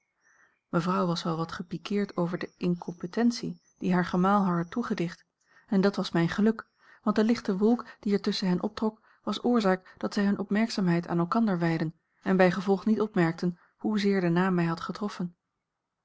mevrouw was wel wat gepiqueerd over de incompetentie die a l g bosboom-toussaint langs een omweg haar gemaal haar had toegedicht en dat was mijn geluk want de lichte wolk die er tusschen hen optrok was oorzaak dat zij hunne opmerkzaamheid aan elkander wijdden en bijgevolg niet opmerkten hoezeer de naam mij had getroffen